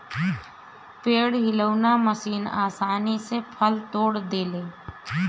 पेड़ हिलौना मशीन आसानी से फल तोड़ देले